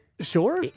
Sure